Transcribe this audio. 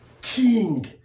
king